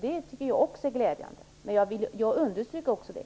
Det tycker jag också är glädjande. Jag underströk också det.